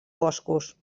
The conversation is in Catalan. boscos